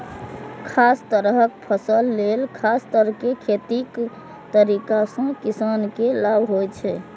खास तरहक फसल लेल खास तरह खेतीक तरीका सं किसान के लाभ होइ छै